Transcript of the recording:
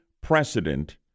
precedent